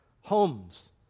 homes